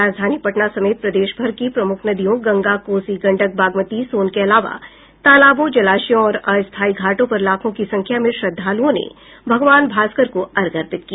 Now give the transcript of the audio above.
राजधानी पटना समेत प्रदेशभर की प्रमुख नदियों गंगा कोसी गंडक बागमती सोन के अलावा तालाबों जलाशयों और अस्थायी घाटों पर लाखों की संख्या में श्रद्वालुओं ने भागवान भास्कर को अर्घ्य अर्पित किया